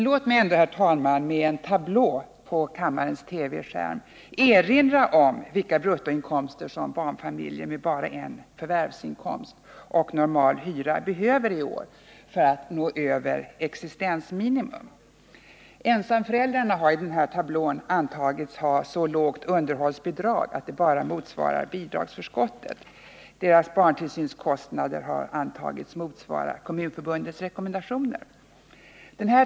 Låt mig ändå, herr talman, med hjälp av en tablå på kammarens TV-skärm erinra om vilka bruttoinkomster som barnfamiljer med bara en förvärvsinkomst och normal hyra behöver i år för att nå över existensminimum. Ensamföräldrarna har i den här tablån antagits ha så lågt underhållsbidrag att det endast motsvarar bidragsförskottet. Deras barntillsynskostnader har antagits motsvara Kommunförbundets rekommendationer.